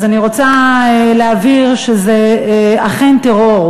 אז אני רוצה להבהיר שזה אכן טרור.